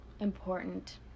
Important